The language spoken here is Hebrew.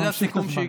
אני ממשיך את הזמן.